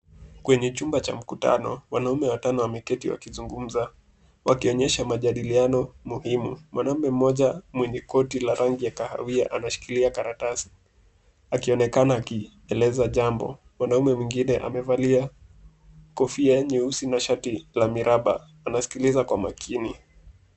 Kwenye chumba cha mkutano, wanaume watano wameketi wakizungumza, wakionyesha majadiliano muhimu. Mwanaume mmoja mwenye koti la rangi ya kahawia anashikilia karatasi, akionekana akielezea jambo. Mwanaume mwingine amevalia kofia nyeusi na shati la miraba anasikiliza kwa makini.